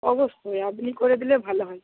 অবশ্যই আপনি করে দিলে ভালো হয়